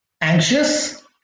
anxious